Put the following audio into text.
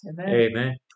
Amen